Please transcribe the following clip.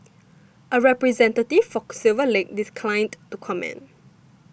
a representative for Silver Lake declined to comment